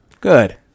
good